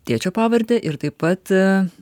tėčio pavardę ir taip pat